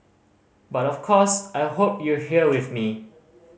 but of course I hope you're here with me